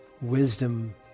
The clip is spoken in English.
wisdom